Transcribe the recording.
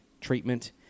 treatment